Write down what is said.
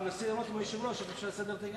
וננסה לראות עם היושב-ראש איך אפשר לסדר את העניין.